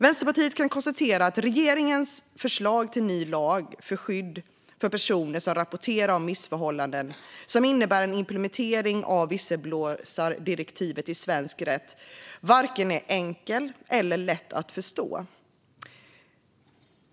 Vänsterpartiet kan konstatera att regeringens förslag till ny lag om skydd för personer som rapporterar om missförhållanden, som innebär en implementering av visselblåsardirektivet i svensk rätt, varken är enkelt eller lätt att förstå.